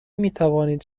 میتوانید